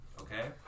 Okay